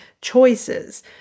choices